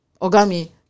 Ogami